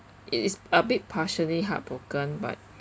it is a bit partially heartbroken but